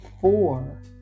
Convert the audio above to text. four